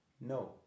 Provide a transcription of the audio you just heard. no